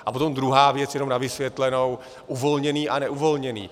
A potom druhá věc jenom na vysvětlenou uvolněný a neuvolněný.